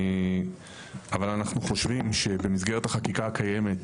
אבל אנחנו חושבים שבמסגרת החקיקה הקיימת,